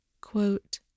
Quote